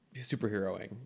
superheroing